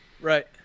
Right